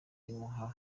imuha